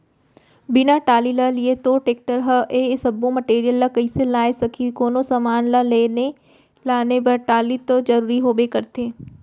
बिना टाली ल लिये तोर टेक्टर ह ए सब्बो मटेरियल ल कइसे लाय सकही, कोनो समान ल लेगे लाने बर टाली तो जरुरी होबे करथे